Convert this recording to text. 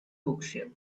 bookshelf